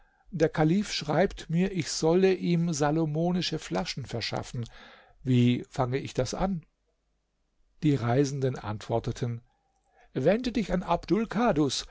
der kalif schreibt mir ich solle ihm salomonische flaschen verschaffen wie fange ich das an die reisenden antworteten wende dich an